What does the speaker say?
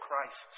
crisis